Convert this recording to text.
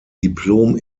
diplom